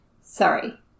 Sorry